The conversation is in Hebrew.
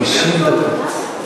50 דקות.